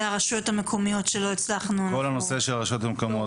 זה הרשויות המקומיות שלא הצלחנו -- כל הנושא של הרשויות המקומיות,